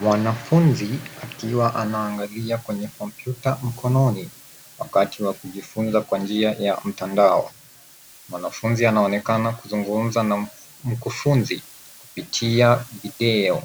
Mwanafunzi akiwa anaangalia kwenye kompyuta mkononi wakati wa kujifunza kwa njia ya mtandao. Mwanafunzi anaonekana kuzungumza na mkufunzi kupitia video